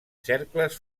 cercles